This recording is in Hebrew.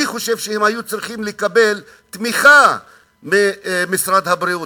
אני חושב שהם היו צריכים לקבל תמיכה ממשרד הבריאות,